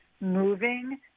moving